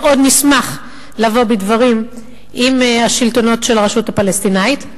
מאוד נשמח לבוא בדברים עם השלטונות של הרשות הפלסטינית,